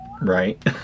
Right